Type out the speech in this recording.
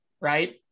right